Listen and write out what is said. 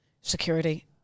security